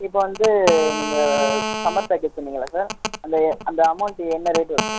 இப்போ வந்து நீங்கள் சம்மர் பேக்கேஜ் சொன்னீங்கள்ல சார் அந்த அந்த அமௌண்ட்டு என்ன ரேட் வருது சார்